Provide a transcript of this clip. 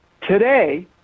Today